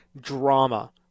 drama